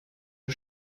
der